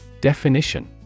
Definition